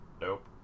nope